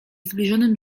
zbliżonym